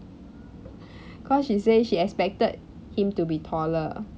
cause she say she expected him to be taller